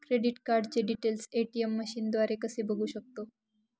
Credit कार्डचे details ATM मशीनद्वारे कसे बघू शकतो?